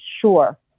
sure